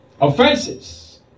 offenses